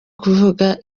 kuvuga